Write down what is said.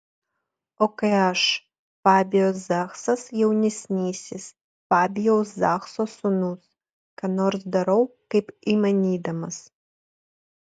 o kai aš fabijus zachsas jaunesnysis fabijaus zachso sūnus ką nors darau kaip įmanydamas